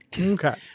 Okay